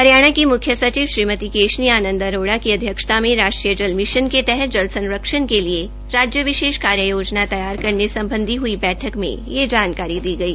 हरियाणा के मुख्य सिचव श्रीमती केशनी आनंद अरोड़ा की अध्यक्षता में राष्ट्रीय जल मिशन के तहत जल संरक्षण के लिए राज्य विशेष कार्य योजना तैयार करने सम्बधी हई बैठक में यह जानकारी दी गई